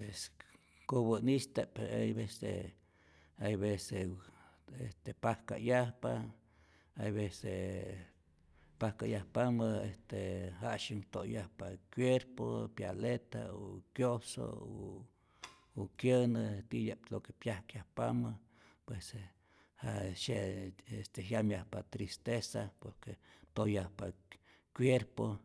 Este kopä'nista'p hay vece hay vece este pajka'yajpa, hay vece pajka'yajpamä este janu'syak toyajpa je cuerpo, pyaleta u kyoso, u kyänä titya'p lo que pyajkyajpamä, pues ja jiksyek jyamyajpa tristeza por que toyajpa cuierpo